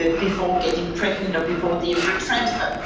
ah before getting pregnant or before the embryo transfer,